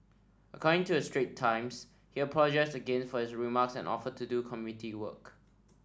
according to the Straits Times he apologised again for his remarks and offered to do community work